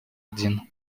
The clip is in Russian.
один